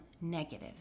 negative